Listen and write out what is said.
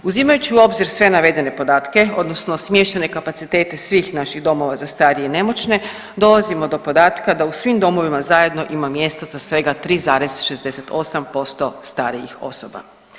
Uzimajući u obzir sve navedene podatke, odnosno smještajne kapacitete svih naših domova za starije i nemoćne dolazimo do podatka da u svim domovima zajedno ima mjesta za svega 3,68% starijih osoba.